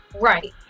Right